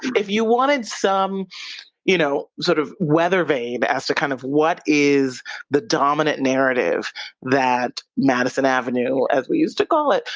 if you wanted some you know sort of weathervane but as to kind of what is the dominant narrative that madison avenue, as we used to call it,